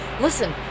listen